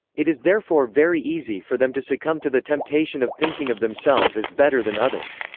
it is therefore very easy for them to succumb to the temptation of thinking of themselves as better than others.